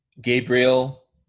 Gabriel